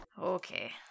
okay